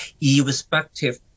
irrespective